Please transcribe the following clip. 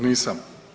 Nisam.